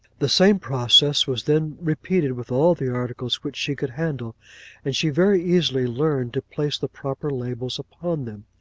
the same process was then repeated with all the articles which she could handle and she very easily learned to place the proper labels upon them.